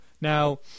now